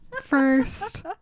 first